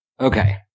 Okay